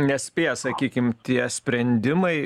nespėja sakykim tie sprendimai